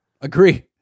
Agree